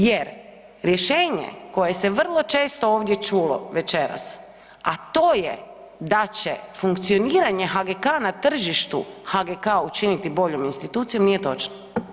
Jer rješenje koje se vrlo često ovdje čulo večeras, a to je da će funkcioniranje HGK na tržištu HGK učiniti boljom institucijom nije točno.